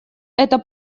это